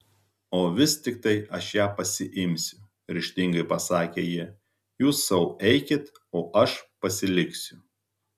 o vis tiktai aš ją pasiimsiu ryžtingai pasakė ji jūs sau eikit o aš pasiliksiu